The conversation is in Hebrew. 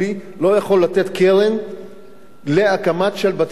לא יכול לתת קרן להקמה של בתי-מלון,